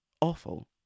awful